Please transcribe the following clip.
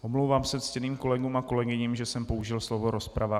Omlouvám se ctěným kolegům a kolegyním, že jsem použil slovo rozprava.